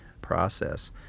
process